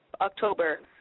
October